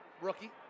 rookie